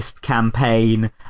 campaign